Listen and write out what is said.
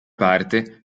parte